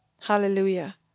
Hallelujah